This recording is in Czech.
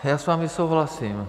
Já s vámi souhlasím.